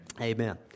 amen